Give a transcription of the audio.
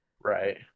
Right